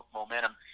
momentum